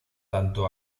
tanto